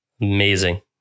Amazing